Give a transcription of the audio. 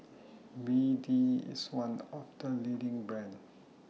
B D IS one of The leading brands